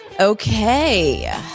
Okay